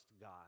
God